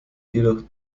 jedoch